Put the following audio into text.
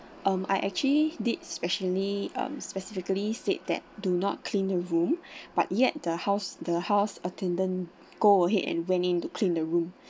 um I actually did specially specifically said that do not clean the room but yet the house the house attendant go ahead and went in to clean the room